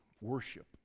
worship